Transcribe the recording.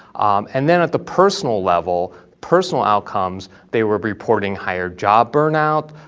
um and then at the personal level, personal outcomes, they were reporting higher job burn out,